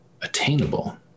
attainable